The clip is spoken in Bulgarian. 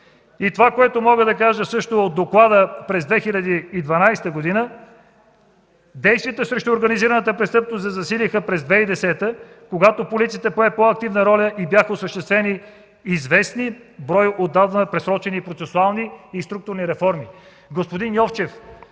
е докладът от 2011 г.! А също и от доклада от 2012 г.: „Действията срещу организираната престъпност се засилиха през 2010 г., когато полицията пое по-активна роля и бяха осъществени известни брой отдавна пресрочени процесуални и структурни реформи.”